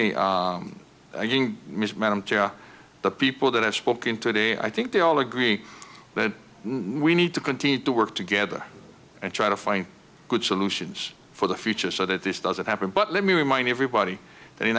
and the people that have spoken today i think they all agree that we need to continue to work together and try to find good solutions for the future so that this doesn't happen but let me remind everybody